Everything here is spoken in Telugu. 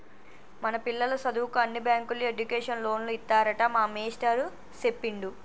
మన పిల్లల సదువుకు అన్ని బ్యాంకుల్లో ఎడ్యుకేషన్ లోన్లు ఇత్తారట మా మేస్టారు సెప్పిండు